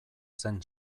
zen